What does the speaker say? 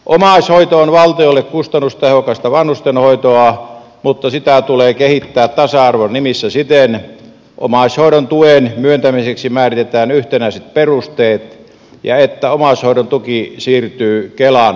omaishoito on valtiolle kustannustehokasta vanhustenhoitoa mutta sitä tulee kehittää tasa arvon nimissä siten että omaishoidon tuen myöntämiseksi määritetään yhtenäiset perusteet ja että omaishoidon tuki siirtyy kelan maksettavaksi